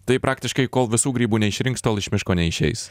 tai praktiškai kol visų grybų neišrinks tol iš miško neišeis